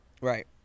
Right